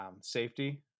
safety